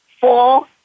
four